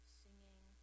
singing